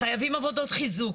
חייבים עבודות חיזוק,